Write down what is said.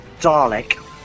Dalek